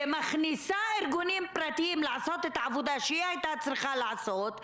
ומכניסה ארגונים פרטיים לעשות את העבודה שהיא הייתה צריכה לעשות,